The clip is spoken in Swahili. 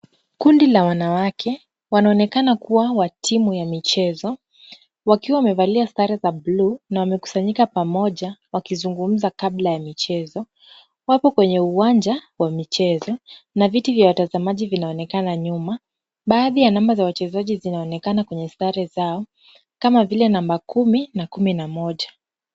Kundi la wanawake wanaonekana kuwa wa timu ya michezo wakiwa wamevalia sare za buluu na wamekusanyika pamoja wakizungumza kabla ya michezo. Wapo kwenye uwanja wa michezo na viti ya watazamaji vinaonekana nyuma. Baadhi ya namba ya wachezaji zinaonekana kwenye sare zao kama vile namba 10 na 11.